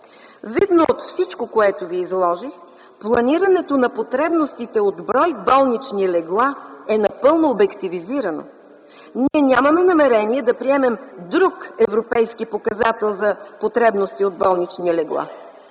Видно от всичко, което Ви изложих, планирането на потребностите от брой болнични легла е напълно обективизирано. Ние нямаме намерение да приемем друг европейски показател за потребности от болнични легла.